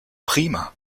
prima